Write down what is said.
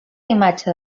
imatge